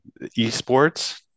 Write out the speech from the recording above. Esports